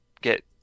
get